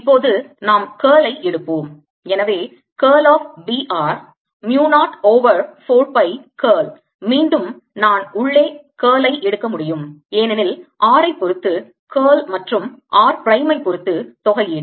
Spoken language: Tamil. இப்போது நாம் curl ஐ எடுப்போம் எனவே curl of B r mu 0 over 4 pi curl மீண்டும் நான் உள்ளே curl ஐ எடுக்க முடியும் ஏனெனில் r ஐ பொறுத்து curl மற்றும் r பிரைமை பொறுத்து தொகையீடு